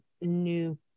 new